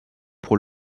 pour